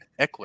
Eckler